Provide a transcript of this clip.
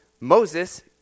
Moses